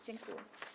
Dziękuję.